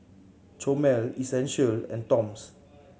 Chomel Essential and Toms